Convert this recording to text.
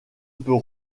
peut